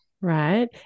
Right